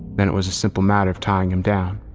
then it was a simple matter of trying him down,